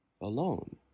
alone